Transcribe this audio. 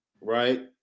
right